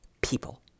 people